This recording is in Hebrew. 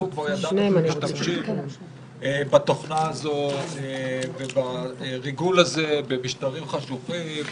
אנחנו כבר ידענו שמשתמשים בתוכנה הזו ובריגול הזה במשטרים חשוכים,